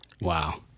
wow